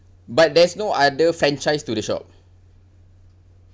but there's no other franchise to the shop